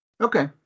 Okay